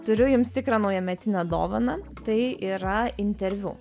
turiu jums tikrą naujametinę dovaną tai yra interviu